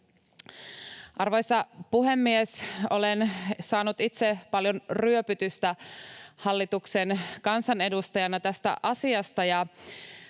Arvoisa puhemies! Olen saanut itse paljon ryöpytystä hallituksen kansanedustajana tästä asiasta,